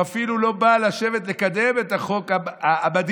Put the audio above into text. הוא אפילו לא בא לקדם את החוק המדהים